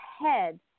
head